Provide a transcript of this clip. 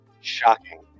Shocking